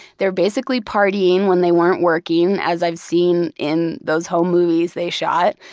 they're basically partying when they weren't working, as i've seen in those home movies they shot.